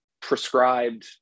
prescribed